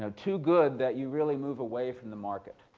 ah too good that you really move away from the market,